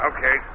Okay